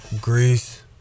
greece